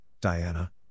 Diana